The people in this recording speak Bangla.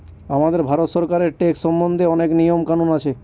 আমাদের ভারত সরকারের ট্যাক্স সম্বন্ধে অনেক নিয়ম কানুন আছে